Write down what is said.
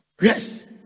Yes